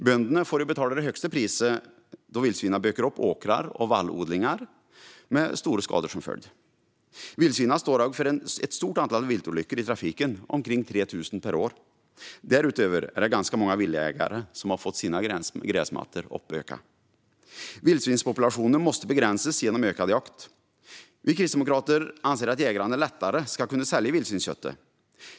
Bönderna får betala det högsta priset då vildsvinen bökar upp åkrar och vallodlingar med stora skador som följd. Vildsvinen står också för ett stort antal viltolyckor i trafiken, omkring 3 000 per år. Därutöver har många villaägare fått sina gräsmattor uppbökade. Vildsvinspopulationen måste begränsas genom ökad jakt. Vi kristdemokrater anser att jägarna lättare ska kunna sälja vildsvinsköttet.